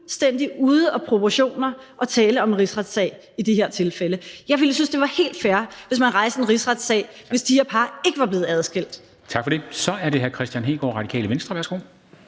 fuldstændig ude af proportioner at tale om en rigsretssag i det her tilfælde. Jeg ville synes, at det var helt fair, hvis man rejste en rigsretssag, hvis de her par ikke var blevet adskilt. Kl. 13:26 Formanden (Henrik Dam Kristensen):